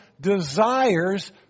desires